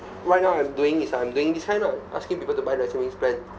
right now I'm doing is I'm doing this kind ah asking people to buy the savings plan